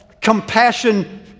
compassion